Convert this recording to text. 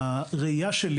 הראייה שלי